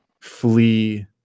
flee